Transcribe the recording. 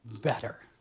better